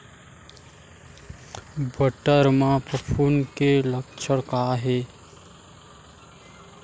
बटर म फफूंद के लक्षण का हे?